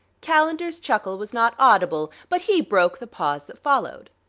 calendar's chuckle was not audible, but he broke the pause that followed.